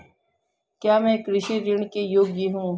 क्या मैं कृषि ऋण के योग्य हूँ?